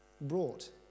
brought